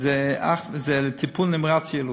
זה לטיפול נמרץ ביילוד.